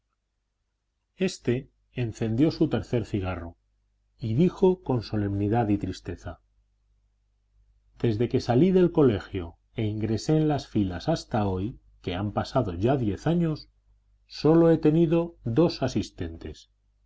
éste encendió su tercer cigarro y dijo con solemnidad y tristeza desde que salí del colegio e ingresé en las filas hasta hoy que han pasado ya diez años sólo he tenido dos asistentes